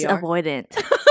avoidant